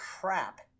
crap